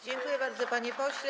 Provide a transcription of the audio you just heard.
Dziękuję bardzo, panie pośle.